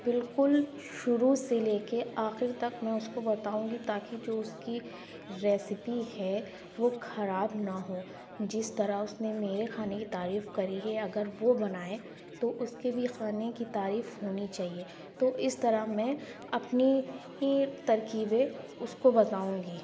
بالکل شروع سے لے کے آخر تک میں اس کو بتاؤں گی تاکہ جو اس کی ریسیپی ہے وہ خراب نہ ہو جس طرح اس نے میرے کھانے کی تعریف کری ہے اگر وہ بنائیں تو اس کے بھی کھانے کی تعریف ہونی چاہیے تو اس طرح میں اپنی ہی ترکیبیں اس کو بتاؤں گی